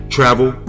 Travel